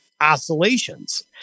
oscillations